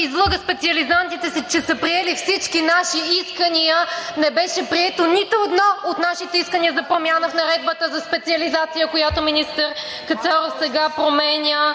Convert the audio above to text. излъга специализантите си, че са приели всички наши искания. Не беше прието нито едно от нашите искания за промяна в Наредбата за специализация, която министър Кацаров сега променя.